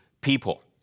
people